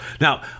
now